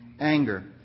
anger